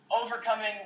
overcoming